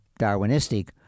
Darwinistic